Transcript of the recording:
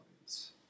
audience